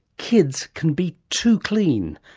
kids can be too clean,